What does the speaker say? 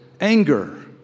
anger